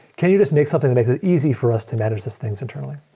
can you just make something that makes it easy for us to manage these things internally?